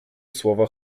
słowa